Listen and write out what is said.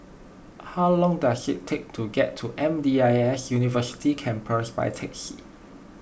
how long does it take to get to M D I S University Campus by taxi